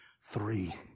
three